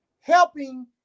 helping